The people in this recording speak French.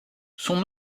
son